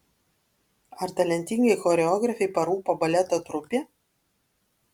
ar talentingai choreografei parūpo baleto trupė